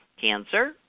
Cancer